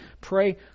Pray